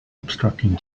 obstructing